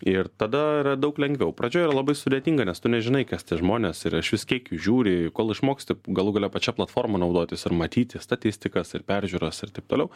ir tada yra daug lengviau pradžioj yra labai sudėtinga nes tu nežinai kas tie žmonės ir ar iš vis kiek jų žiūri kol išmoksti galų gale pačia platforma naudotis ir matyti statistikas ir peržiūras ir taip toliau